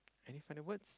any final words